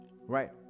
Right